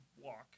walk